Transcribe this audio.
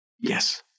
Yes